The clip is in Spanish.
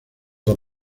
dos